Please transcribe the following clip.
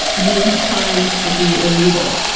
maybe crimes should be illegal.